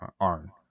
Arn